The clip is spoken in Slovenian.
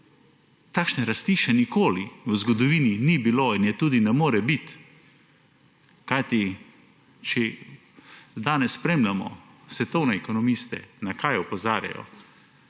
Takšne rasti še nikoli v zgodovini ni bilo in je tudi ne more biti. Kajti če danes spremljamo svetovne ekonomiste – na kaj opozarjajo?